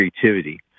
creativity